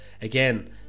again